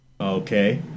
okay